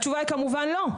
התשובה היא כמובן לא,